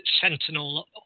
sentinel